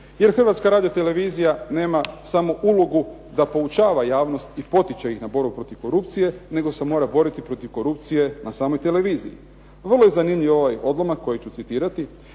Jer Hrvatska radiotelevizija nema samo ulogu da poučava javnost i potiče ih na borbu protiv korupcije, nego se mora boriti protiv korupcije na samoj televiziji. Vrlo je zanimljiv ovaj odlomak koji ću citirati,